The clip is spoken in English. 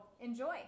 enjoy